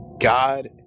God